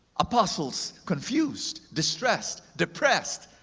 apostles confused, distressed, depressed.